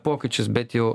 pokyčius bet jau